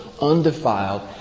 undefiled